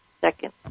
second